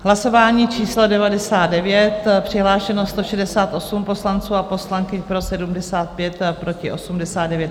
Hlasování číslo 99, přihlášeno 168 poslanců a poslankyň, pro 75, proti 89.